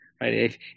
Right